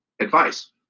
advice